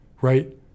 right